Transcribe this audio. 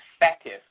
effective